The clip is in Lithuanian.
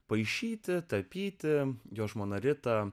paišyti tapyti jo žmona rita